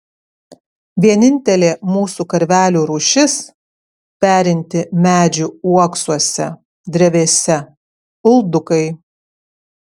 vienintelė mūsų karvelių rūšis perinti medžių uoksuose drevėse uldukai